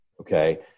Okay